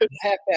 halfback